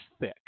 thick